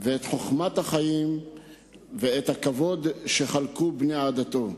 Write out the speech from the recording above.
ואת חוכמת החיים ואת הכבוד שחלקו לו בני עדתו.